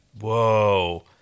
Whoa